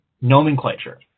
nomenclature